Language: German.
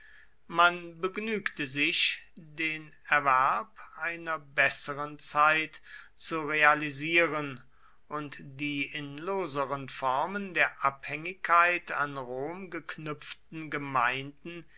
man begnügte sich den erwerb einer besseren zeit zu realisieren und die in loseren formen der abhängigkeit an rom geknüpften gemeinden